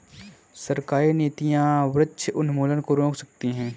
सरकारी नीतियां वृक्ष उन्मूलन को रोक सकती है